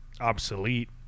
obsolete